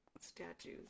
statues